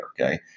Okay